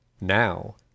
Now